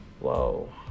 whoa